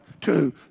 two